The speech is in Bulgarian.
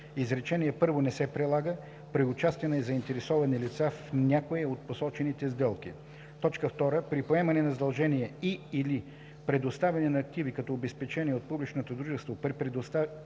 изречение първо не се прилага при участие на заинтересовани лица в някоя от посочените сделки; 2. при поемане на задължения и/или предоставяне на активи като обезпечение от публичното дружество